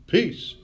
Peace